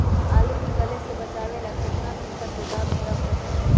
आलू के गले से बचाबे ला कितना दिन तक गोदाम में रख सकली ह?